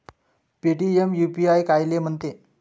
Paytm UPI कायले म्हनते?